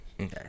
Okay